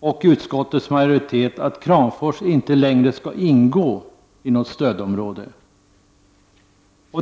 och utskottets majoritet att Kramfors inte längre skall ingå i något stödområde.